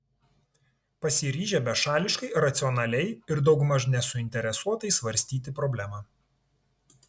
pasiryžę bešališkai racionaliai ir daugmaž nesuinteresuotai svarstyti problemą